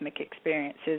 experiences